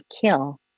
kill